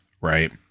right